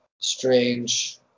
Strange